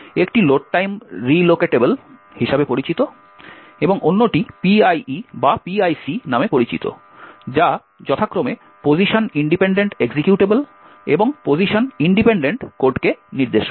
একটি load time relocatable হিসাবে পরিচিত এবং অন্যটি PIE বা PIC নামে পরিচিত যা যথাক্রমে পোজিশন ইন্ডিপেন্ডেন্ট এক্সিকিউটেবল এবং পোজিশন ইন্ডিপেন্ডেন্ট কোডকে নির্দেশ করে